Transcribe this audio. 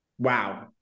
wow